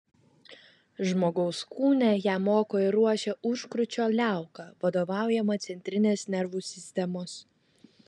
žmogaus kūne ją moko ir ruošia užkrūčio liauka vadovaujama centrinės nervų sistemos